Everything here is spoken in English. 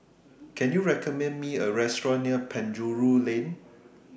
Can YOU recommend Me A Restaurant near Penjuru Lane